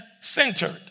centered